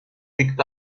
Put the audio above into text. picked